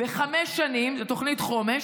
בחמש שנים, זו תוכנית חומש.